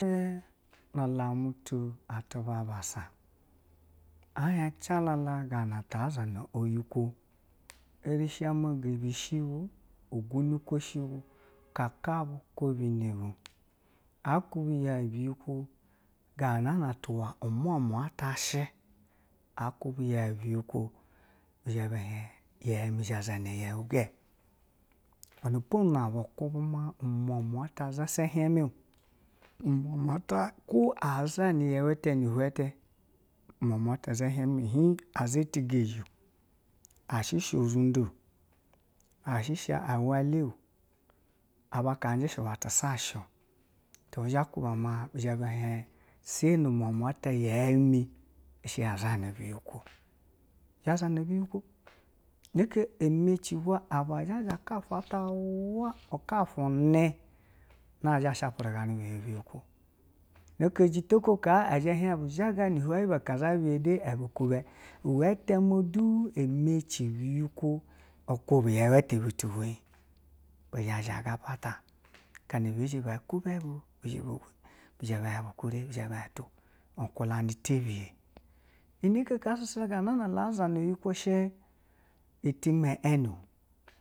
nalamutu basa ɛhien jalala gana a zhana ɛyikwa yeri shema bishi, gunigwo shibu kakabu, kwa bino bi, akuwa yeu biyikwo gana nana ti umwamwa ata shi a kuba yeu biyikwo, bizheba hien yeu mi zhazha na yeu ga, iwenepo na bu kube ma umwamwa ata zha henmeo, umwamwa ata kwo a zhanu yeu ata nu hwan ita umwamwa zha tigexhe, a she she ozunde a shi shi a wele, a ba kajishe iwe ti saswi to bu zhe ba kuba ma bu zha ba hien sayi nu unwamwa ta yeu ni shi ya zani biyikwo, zani biyikwo ine ike ɛmecci aba za zha ikafu ata uwen u kafu ni na zhi a shapirigana bu ya biyikwo ine ikejita uko ka a hien bu zaga ni hwen yuba kaza iwe ite ma du ɛmeci biyikwo kube yeu ite butu bwenyi, bizha ga apata, akana bezhe bee kube bu, bi zhe ba bu gure to ikwulana tibiye, inelke shi ganana a zana biyikwo shi, itime inu.